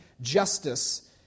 justice